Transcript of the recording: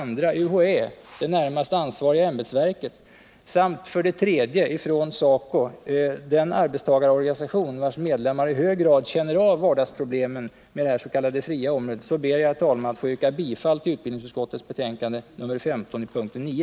UHÄ, det närmast ansvariga ämbetsverket, samt 3. SACO, den arbetstagarorganisation vars medlemmar i hög grad känner av vardagsproblemen med det s.k. fria området, ber jag, herr talman, att få yrka bifall till utbildningsutskottets hemställan i betänkande nr 15 p. 9.